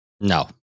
No